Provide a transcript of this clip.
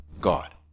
God